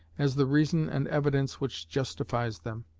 as the reason and evidence which justifies them.